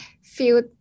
feel